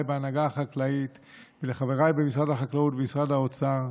בהנהגה החקלאית ולחבריי במשרד החקלאות ובמשרד האוצר: